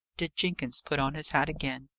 did jenkins put on his hat again.